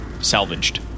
salvaged